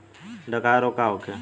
डकहा रोग का होखे?